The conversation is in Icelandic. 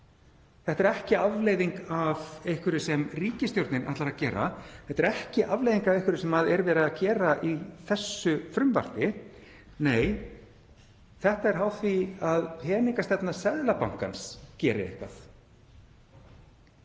Þetta er ekki afleiðing af einhverju sem ríkisstjórnin ætlar að gera. Þetta er ekki afleiðing af einhverju sem er verið að gera í þessu frumvarpi. Nei, þetta er háð því að peningastefna Seðlabankans breyti einhverju.